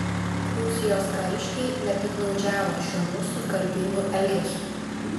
prūsijos kariškiai nepiktnaudžiavo šiuo mūsų garbingu elgesiu